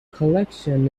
collection